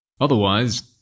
Otherwise